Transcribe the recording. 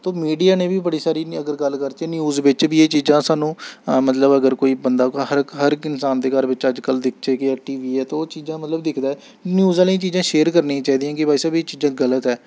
ते मीडिया ने बी बड़ी सारी अगर गल्ल करचै न्यूज बिच्च बी एह् चीजां सानूं मतलब अगर कोई बंदा हर हर इक इंसान दे घर बिच्च अजकल्ल दिखचै कि टी बी ऐ ते ओह् चीजां मतलब दिखदा ऐ न्यूज आह्लें गी एह् चीजां शेयर करनियां चाहि दियां कि भाई साह्ब एह् चीजां गल्त ऐ